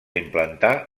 implantar